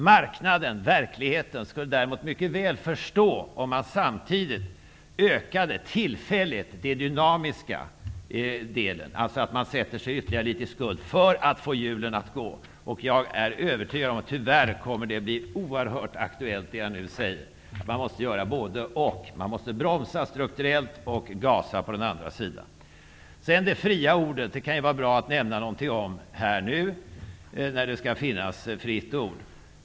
Marknaden, verkligheten, skulle däremot mycket väl förstå, om man samtidigt tillfälligt ökade den dynamiska delen, alltså att man sätter sig ytterligare litet i skuld för att få hjulen att gå. Jag är övertygad om att det jag nu säger tyvärr kommer att bli oerhört aktuellt. Man måste göra både och. Man måste bromsa strukturellt och gasa på den andra sidan. Sedan kan det vara bra att säga någonting om det fria ordet här nu, när det skall finnas ett fritt ord.